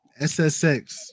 ssx